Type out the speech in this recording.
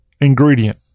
ingredient